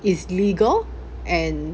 is legal and